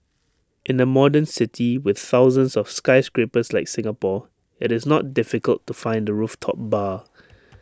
in A modern city with thousands of skyscrapers like Singapore IT is not difficult to find A rooftop bar